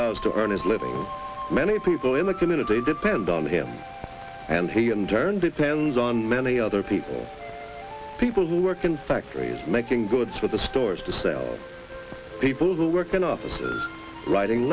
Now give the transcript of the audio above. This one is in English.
does to earn his living many people in the community depend on him and he in turn depends on many other people people who work in factories making goods for the stores to sell people who work in offices writing